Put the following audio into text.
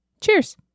Cheers